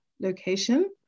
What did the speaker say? location